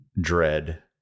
dread